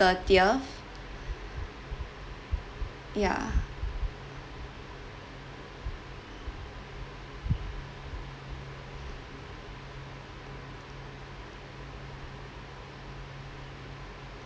thirtieth ya